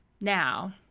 Now